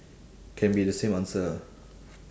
can be the same answer ah